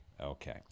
Okay